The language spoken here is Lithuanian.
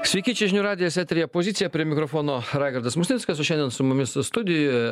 sveiki čia žinių radijas eteryje pozicija prie mikrofono raigardas musnickas o šiandien su mumis studijoje